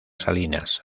salinas